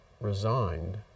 resigned